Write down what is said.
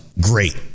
great